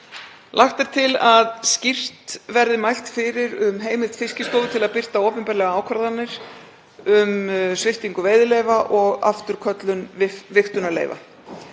Lagt er til að skýrt verði mælt fyrir um heimild Fiskistofu til að birta opinberlega ákvarðanir um sviptingu veiðileyfa og afturköllun vigtunarleyfa.